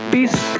Peace